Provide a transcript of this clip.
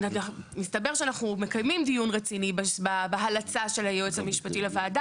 מסתבר שאנחנו מקיימים דיון רציני בהלצה של היועץ המשפטי של הוועדה,